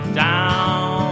down